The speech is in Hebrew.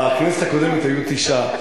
בכנסת הקודמת היו תשעה.